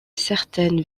certaine